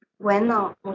Bueno